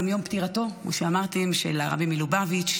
גם יום פטירתו של הרבי מלובביץ',